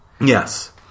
Yes